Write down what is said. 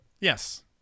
Yes